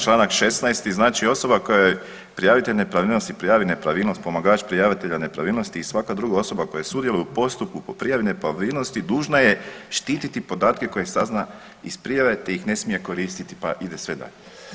Čl 16. znači osoba koja je prijavitelj nepravilnosti prijavi nepravilnost pomagač prijavitelja nepravilnosti i svaka druga osoba koja sudjeluje u postupku po prijavi nepravilnosti dužna je štititi podatke koje sazna iz prijave te ih ne smije koristiti, pa ide sve dalje.